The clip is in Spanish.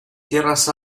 tierras